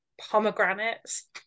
pomegranates